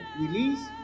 release